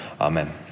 Amen